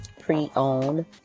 pre-owned